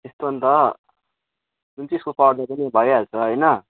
यस्तो नि त जुन चाहिँ स्कुल पढ्दा पनि भइहाल्छ होइन